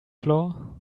floor